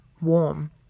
warm